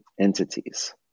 entities